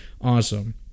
awesome